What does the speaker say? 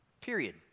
period